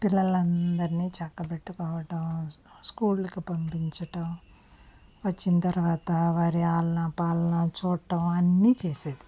పిల్లలని అందరిని చక్క పెట్టుకోవడం స్కూల్కి పంపించడం వచ్చిన తర్వాత వారి ఆలనా పాలనా చూడడం అన్నీ చేసేది